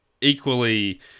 equally